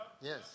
Yes